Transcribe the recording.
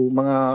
mga